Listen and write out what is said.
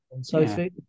Sophie